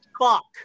fuck